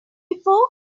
before